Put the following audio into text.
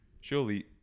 Surely